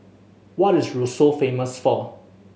what is Roseau famous for